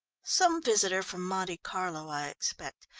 some visitor from monte carlo, i expect.